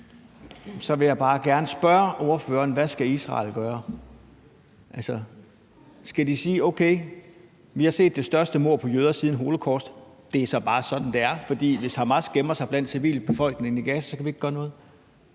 Så vil jeg bare gerne spørge ordføreren, hvad Israel skal gøre. Skal de sige: Okay, vi har set det største mord på jøder siden holocaust; det er så bare sådan, det er, for hvis Hamas gemmer sig blandt civilbefolkningen i Gaza, kan vi ikke gøre noget?